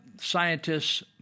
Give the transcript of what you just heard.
scientists